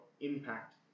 impact